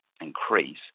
increase